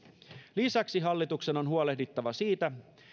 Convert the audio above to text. lisäksi hallituksen on huolehdittava siitä